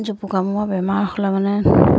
জোপোকা মৰা বেমাৰ হ'লে মানে